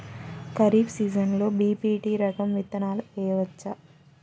ఖరీఫ్ సీజన్లో బి.పీ.టీ రకం విత్తనాలు వేయవచ్చా?